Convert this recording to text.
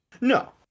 No